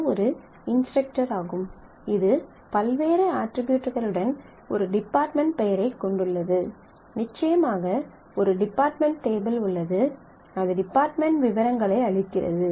இது ஒரு இன்ஸ்டரக்டராகும் இது பல்வேறு அட்ரிபியூட்களுடன் ஒரு டிபார்ட்மென்ட் பெயரைக் கொண்டுள்ளது நிச்சயமாக ஒரு டிபார்ட்மென்ட் டேபிள் உள்ளது அது டிபார்ட்மென்ட் விவரங்களை அளிக்கிறது